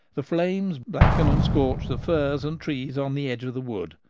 the flames blacken and scorch the firs and trees on the edge of the wood,